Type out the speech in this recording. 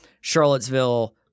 Charlottesville